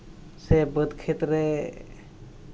ᱥᱮ ᱵᱟᱹᱫᱽ ᱠᱷᱮᱛ ᱨᱮ